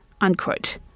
Unquote